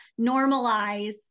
normalize